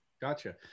Gotcha